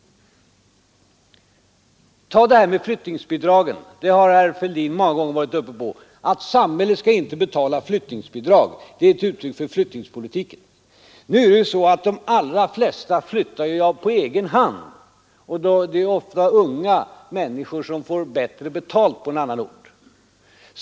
Herr Fälldin har många gånger talat om att samhället inte skall betala flyttningsbidrag. Det är ett uttryck för flyttningspolitiken. Men de allra flesta flyttar ju på egen hand. Det är ofta unga människor som får bättre betalt på en annan ort.